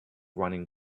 running